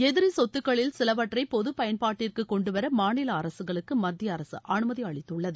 எதிரி சொத்துக்களில் சிலவற்றை பொதுப் பயன்பாட்டிற்கு கொண்டுவர மாநில அரசுகளுக்கு மத்திய அரசு அனுமதி அளித்துள்ளது